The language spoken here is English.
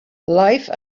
life